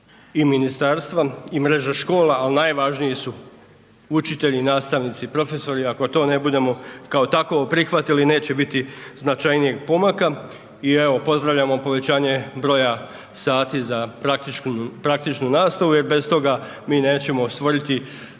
i ministarstva i mreže škola, ali najvažniji su učitelji, nastavnici i profesori. Ako to ne budemo kao takovo prihvatili neće biti značajnijeg pomaka. I evo pozdravljamo povećanje broja sati za praktičnu nastavu jer bez toga mi nećemo stvoriti